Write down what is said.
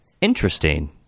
Interesting